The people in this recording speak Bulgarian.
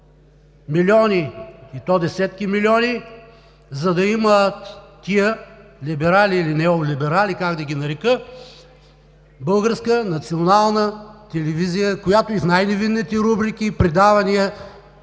милиони, и то десетки милиони, за да имат тези либерали или неолиберали – как да ги нарека, Българска национална телевизия, която и в най-невинните рубрики и предавания